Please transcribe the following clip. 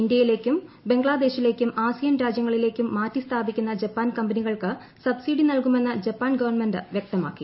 ഇന്ത്യയിലേക്കും ് ബംഗ്ലാദേശിലേക്കും ആസിയൻ രാജ്യങ്ങളിലേക്കും മാറ്റി സ്ഥാപിക്കുന്നു ജപ്പാൻ കമ്പനികൾക്ക് സബ്സിഡി നൽകുമെന്ന് ജപ്പാൻ ക്യപ്പ്ൺമെന്റ് വൃക്തമാക്കി